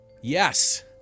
Yes